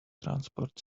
transport